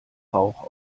rauch